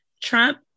Trump